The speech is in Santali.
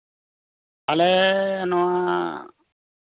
ᱟᱞᱮ ᱱᱚᱶᱟ